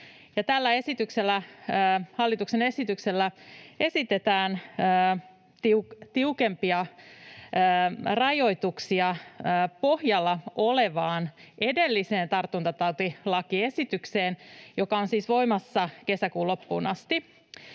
hallituksen esityksellä esitetään tiukempia rajoituksia pohjalla olevaan edelliseen tartuntatautilakiesitykseen, joka on siis voimassa kesäkuun loppuun asti.